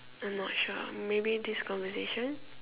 not sure maybe this conversation